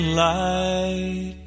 light